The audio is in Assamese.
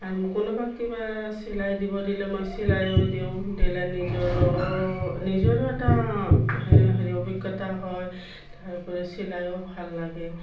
আৰু মোক কোনোবা কিবা চিলাই দিব দিলে মই চিলাইও দিওঁ দিলে নিজৰো নিজৰো এটা হে হেৰি অভিজ্ঞতা হয় তাৰোপৰি চিলাইও ভাল লাগে